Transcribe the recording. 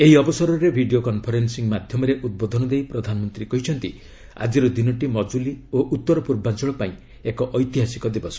ଏହି ଅବସରରେ video conferencing ମାଧ୍ୟମରେ ଉଦ୍ବୋଧନ ଦେଇ ପ୍ରଧାନମନ୍ତ୍ରୀ କହିଛନ୍ତି ଆଜିର ଦିନଟି ମଜୁଲୀ ଓ ଉତ୍ତର ପୂର୍ବାଞ୍ଚଳ ପାଇଁ ଏକ ଐତିହାସିକ ଦିବସ